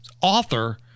author